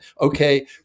okay